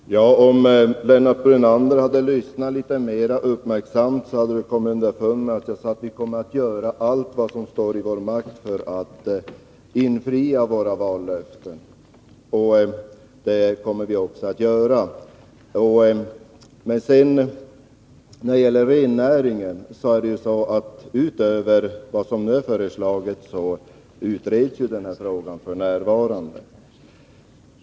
Fru talman! Om Lennart Brunander hade lyssnat litet mer uppmärksamt, hade han kommit underfund med att jag sade att vi kommer att göra allt som står i vår makt för att infria våra vallöften. Det kommer vi också att göra. Lennart Brunander kritiserade vad som nu är föreslaget för rennäringen. Jag vill erinra om att den frågan f. n. utreds.